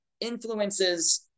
influences